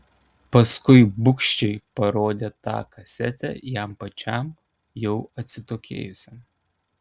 paskui bugščiai parodė tą kasetę jam pačiam jau atsitokėjusiam